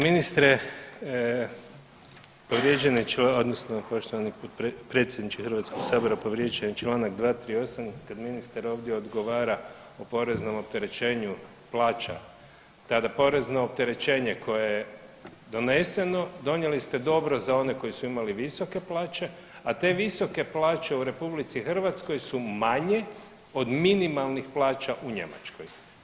Ministre povrijeđen je, odnosno poštovani predsjedniče Hrvatskog sabora povrijeđen je članak 238. kad ministar ovdje odgovara o poreznom opterećenju plaća tada porezno opterećenje koje je doneseno, donijeli ste dobro za one koji su imali visoke plaće a te visoke plaće u Republici Hrvatskoj su manje od minimalnih plaća u Njemačkoj.